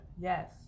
Yes